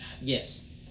yes